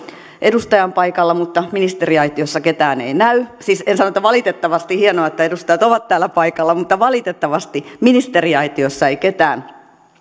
edustaja on paikalla mutta ministeriaitiossa ketään ei näy siis en sano että valitettavasti hienoa että edustajat ovat täällä paikalla mutta valitettavasti ministeriaitiossa ei ketään